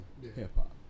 hip-hop